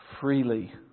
freely